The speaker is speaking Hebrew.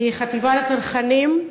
דגן, מחטיבת צנחנים.